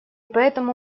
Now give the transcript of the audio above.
поэтому